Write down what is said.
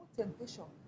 temptation